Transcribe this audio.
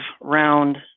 round